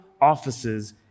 offices